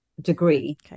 degree